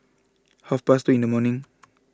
half past two in the morning